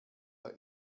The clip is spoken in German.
der